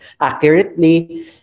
accurately